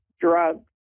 drugs